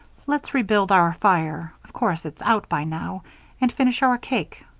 let's rebuild our fire of course it's out by now and finish our cake.